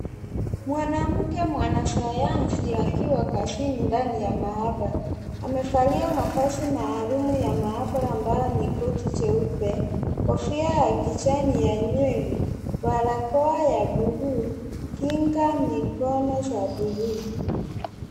Mwanamke mwanasayansi akiwa kwa simu ndani ya mahabara. Amevalia mavazi maalumu ya maabara mbayo ni koti jeupe. Kofia ya kijani ya nywele, barakoa ya buluu, kinga ya mkono ya buluu.